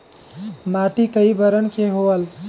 माटी कई बरन के होयल?